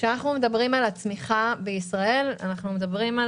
כשאנחנו מדברים על הצמיחה בישראל אנחנו מדברים על